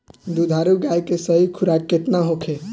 दुधारू गाय के सही खुराक केतना होखे?